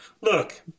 look